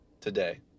Today